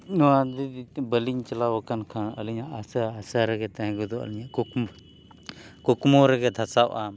ᱱᱚᱣᱟ ᱤᱫᱤ ᱛᱮ ᱵᱟᱹᱞᱤᱧ ᱪᱟᱞᱟᱣ ᱟᱠᱟᱱ ᱠᱷᱟᱱ ᱟᱹᱞᱤᱧᱟᱜ ᱟᱥᱟ ᱟᱥᱟ ᱨᱮᱜᱮ ᱛᱟᱦᱮᱸ ᱜᱚᱫᱚᱜᱼᱟ ᱟᱹᱞᱤᱧᱟ ᱠᱩᱠᱢᱩ ᱠᱩᱠᱢᱩ ᱨᱮᱜᱮ ᱫᱷᱟᱥᱟᱜᱼᱟ